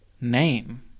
name